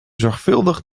zorgvuldig